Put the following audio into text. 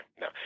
No